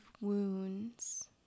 wounds